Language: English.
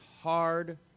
hard